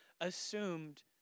assumed